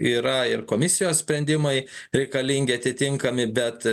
yra ir komisijos sprendimai reikalingi atitinkami bet